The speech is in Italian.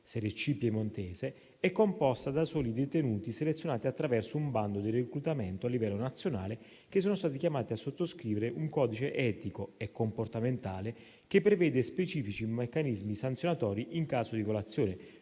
(serie C piemontese) e composta da soli detenuti, selezionati attraverso un bando di reclutamento a livello nazionale, che sono stati chiamati a sottoscrivere un codice etico e comportamentale che prevede specifici meccanismi sanzionatori in caso di violazione,